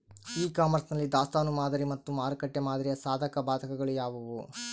E commerce ನಲ್ಲಿ ದಾಸ್ತನು ಮಾದರಿ ಮತ್ತು ಮಾರುಕಟ್ಟೆ ಮಾದರಿಯ ಸಾಧಕಬಾಧಕಗಳು ಯಾವುವು?